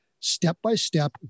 step-by-step